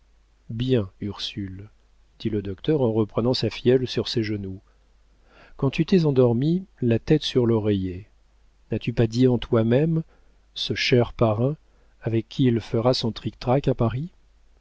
bien ursule dit le docteur en reprenant sa filleule sur ses genoux quand tu t'es endormie la tête sur l'oreiller n'as-tu pas dit en toi-même ce cher parrain avec qui fera-t-il son trictrac à paris